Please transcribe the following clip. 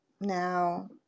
now